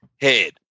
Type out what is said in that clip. head